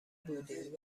بودیم